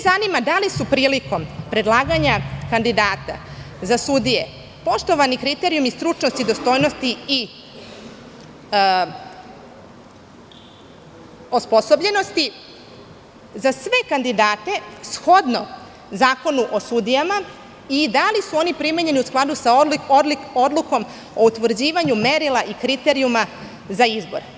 Zanima da li su prilikom predlaganja kandidata za sudije poštovani kriterijumi stručnosti i dostojnosti i osposobljenosti za sve kandidate shodno Zakonu o sudijama i da li su oni primenjeni u skladu sa Odlukom o utvrđivanju merila i kriterijuma za izbor?